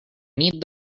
need